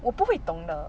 我不会懂的